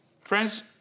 Friends